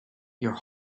your